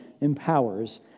empowers